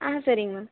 ஆ சரிங்க மேம்